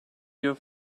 your